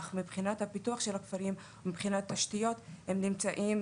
אבל מבחינת הפיתוח והתשתיות הם נמצאים